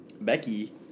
Becky